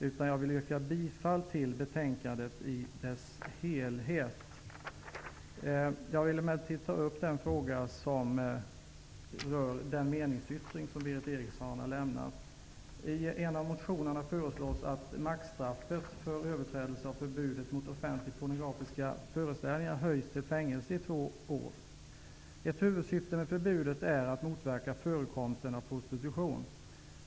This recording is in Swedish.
Jag vill i stället yrka bifall till hemställan i dess helhet. Jag vill emellertid ta upp en fråga som rör den meningsyttring som Berith Eriksson har avgett. I en av motionerna föreslås det att maxstraffet för överträdelse av förbudet mot offentliga pornografiska föreställningar höjs till fängelse i två år. Ett huvudsyfte med förbudet är att motverka förekomsten av prostitution.